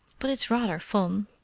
but it's rather fun.